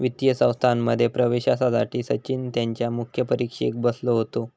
वित्तीय संस्थांमध्ये प्रवेशासाठी सचिन त्यांच्या मुख्य परीक्षेक बसलो होतो